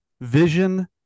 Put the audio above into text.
vision